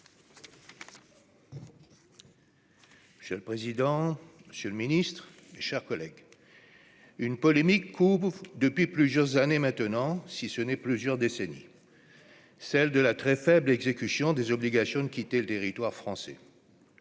Monsieur le président, Monsieur le Ministre, mes chers collègues, une polémique couve depuis plusieurs années maintenant, si ce n'est plusieurs décennies, celle de la très faible exécution des obligations de quitter le territoire français,